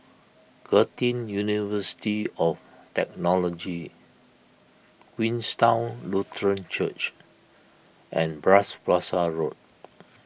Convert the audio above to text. Curtin University of Technology Queenstown Lutheran Church and Bras Basah Road